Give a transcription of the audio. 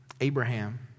Abraham